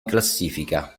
classifica